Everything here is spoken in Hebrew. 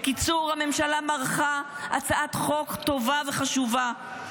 בקיצור, הממשלה מרחה הצעת חוק טובה וחשובה.